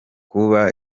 kuba